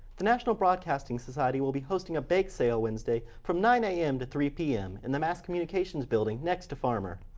the national broadcasting society will be hosting a bake sale wednesday from nine a m to three p m in the mass communication building next to farmer.